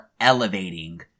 elevating